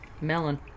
Melon